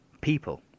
people